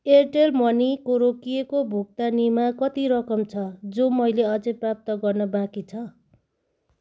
Airtel मनीको रोकिएको भुक्तानीमा कति रकम छ जो मैले अझै प्राप्त गर्न बाँकी छ